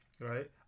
right